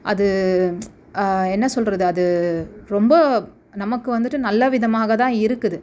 அது என்ன சொல்கிறது அது ரொம்ப நமக்கு வந்துட்டு நல்லவிதமாக தான் இருக்குது